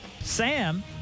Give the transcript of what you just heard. Sam